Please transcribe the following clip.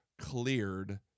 cleared